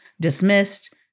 dismissed